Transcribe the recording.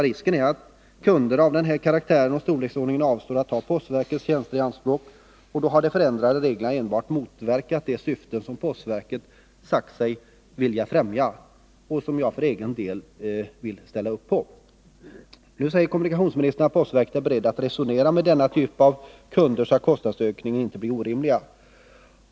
Risken är att kunder av den här typen och storleksordningen avstår från att ta postverkets tjänster i anspråk. Då har de förändrade reglerna enbart motverkat de syften som postverket sagt sig vilja främja och som jag för egen del vill ställa upp bakom. Nu säger kommunikationsministern att postverket är berett att resonera med denna typ av kunder, så att kostnadsökningarna inte blir orimliga.